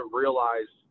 realize